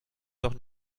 doch